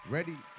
Ready